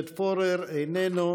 חבר הכנסת עודד פורר, איננו.